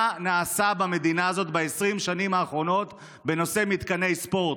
מה נעשה במדינה הזאת ב-20 השנים האחרונות בנושא מתקני ספורט?